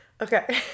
Okay